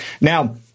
Now